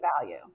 value